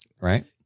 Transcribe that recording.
Right